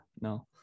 No